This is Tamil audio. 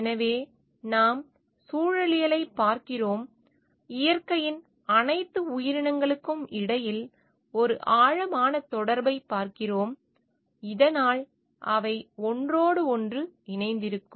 எனவே நாம் சூழலியலைப் பார்க்கிறோம் இயற்கையின் அனைத்து உயிரினங்களுக்கிடையில் ஒரு ஆழமான தொடர்பைப் பார்க்கிறோம் இதனால் அவை ஒன்றோடொன்று இணைந்திருக்கும்